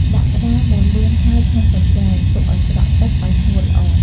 ដាក់ក្ដាមដែលលាងហើយក្នុងកញ្ច្រែង ទុកឲ្យស្រក់ទឹកឲ្យស្ងួតល្អ។